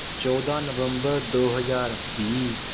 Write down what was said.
ਚੌਦ੍ਹਾਂ ਨਵੰਬਰ ਦੋ ਹਜ਼ਾਰ ਵੀਹ